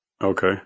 Okay